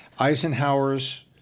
Eisenhower's